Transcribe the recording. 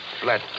flat